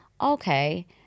okay